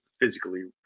Physically